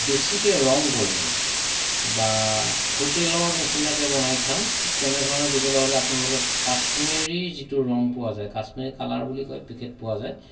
বেছিকৈ ৰং কৰিম বা হোটেলৰ নিচিনাকৈ বনাই খাম ঠিক তেনেধৰণে দিবলৈ হ'লে আপোনালোকে কাশ্মীৰী যিটো ৰং পোৱা যায় কাশ্মীৰী কালাৰ বুলি কয় পেকেট পোৱা যায়